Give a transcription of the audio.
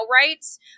rights